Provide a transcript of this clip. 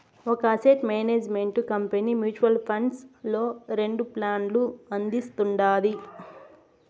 ఒక asset management company mutual funds లో రెండు ప్లాన్లు అందిస్తుండాది